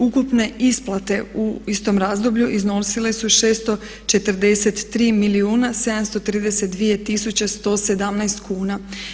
Ukupne isplate u istom razdoblju iznosile su 643 milijuna 732 tisuće 117 kuna.